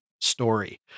story